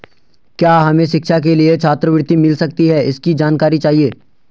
क्या हमें शिक्षा के लिए छात्रवृत्ति मिल सकती है इसकी जानकारी चाहिए?